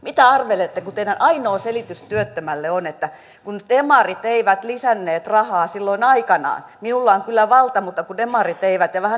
mitä arvelette kun teidän ainoa selityksenne työttömälle on että kun demarit eivät lisänneet rahaa silloin aikanaan minulla on kyllä valta mutta kun demarit eivät ja vähän naureskella perään